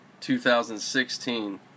2016